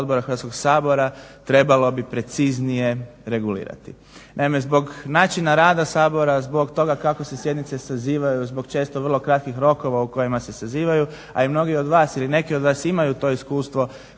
Hrvatskog sabora trebalo bi preciznije regulirati. Naime, zbog načina rada Sabora, zbog toga kako se sjednice sazivaju, zbog često vrlo kratkih rokova u kojima se sazivaju, a i mnogi od vas ili neki od vas imaju to iskustvo,